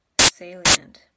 salient